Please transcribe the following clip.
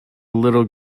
little